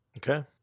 Okay